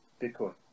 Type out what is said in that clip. Bitcoin